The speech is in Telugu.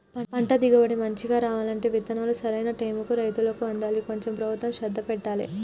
పంట దిగుబడి మంచిగా రావాలంటే విత్తనాలు సరైన టైముకు రైతులకు అందాలి కొంచెం ప్రభుత్వం శ్రద్ధ పెట్టాలె